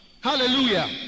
Hallelujah